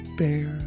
bear